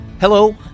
Hello